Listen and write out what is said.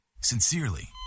Sincerely